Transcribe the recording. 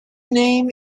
name